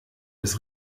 des